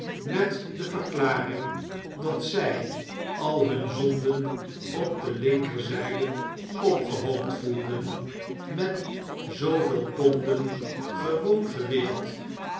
a de verklaring van george silverman f zy al hun zonden op de linkerzijde opgehoopt voelden met zooveel ponden gewoon gewicht